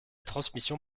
transmission